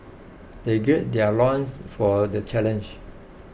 they gird their loins for the challenge